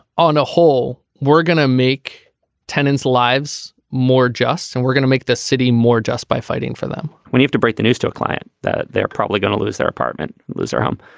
on a whole we're gonna make tenants lives more just and we're gonna make this city more just by fighting for them we need to break the news to a client that they're probably going to lose their apartment and lose their home.